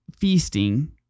feasting